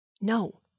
No